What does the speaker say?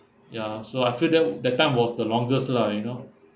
ya so I feel that that time was the longest lah you know